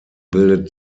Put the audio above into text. bildet